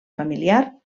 familiar